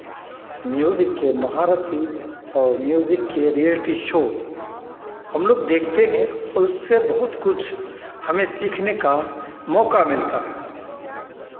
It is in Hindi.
म्यूज़िक के महारथी और म्यूज़िक के रियालिटी शो हमलोग देखते हैं और उससे बहुत कुछ हमें सीखने का मौका मिलता है